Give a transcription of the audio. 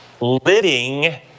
living